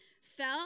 fell